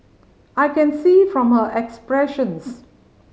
I can see from her expressions